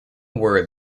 word